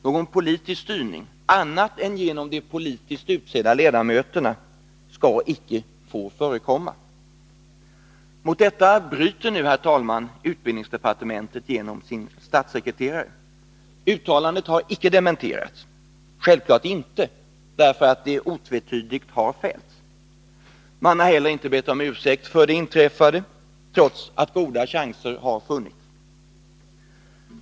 Någon politisk styrning annat än den genom de politiskt utsedda ledamöterna skall icke få förekomma. Mot detta bryter nu, herr talman, utbildningsdepartementet genom sin statssekreterare. Uttalandet har icke dementerats— självfallet inte, därför att det otvetydigt har gjorts. Man har inte heller bett om ursäkt för det inträffade, trots att goda chanser har funnits.